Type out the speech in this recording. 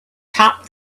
topped